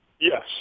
Yes